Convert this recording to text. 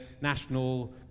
National